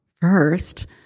first—